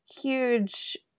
huge